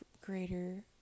greater